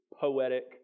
poetic